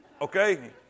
Okay